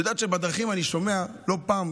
את יודעת שבדרכים אני שומע לא פעם,